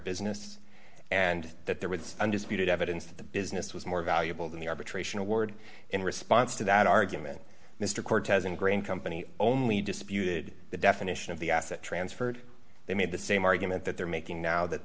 business and that there was undisputed evidence that the business was more valuable than the arbitration award in response to that argument mr cortez and green company only disputed the definition of the asset transferred they made the same argument that they're making now that